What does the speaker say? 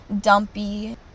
dumpy